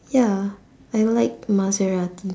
ya I like maserati